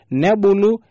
nebulu